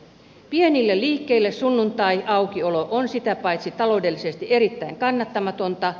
pienille liikkeille sunnuntaiaukiolo on sitä paitsi taloudellisesti erittäin kannattamatonta